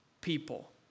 people